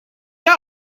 out